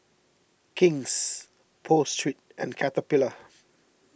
King's Pho Street and Caterpillar